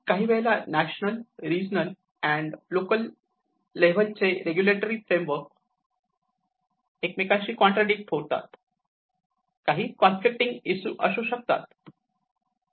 काही वेळेला national regional and local regulatory framework एकमेकांशी कॉन्ट्रडीक्ट होतात काही काँफ्लिकटिंग इशू असू शकतात